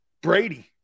Brady